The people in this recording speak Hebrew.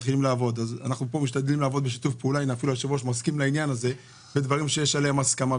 אנחנו משתדלים לעבוד בשיתוף פעולה בדברים שיש עליהם הסכמה,